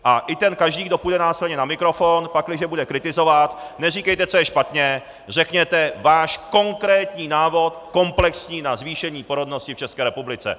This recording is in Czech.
A i ten, kdo půjde následně na mikrofon, pakliže bude kritizovat, neříkejte, co je špatně, řekněte váš konkrétní návod komplexní na zvýšení porodnosti v České republice.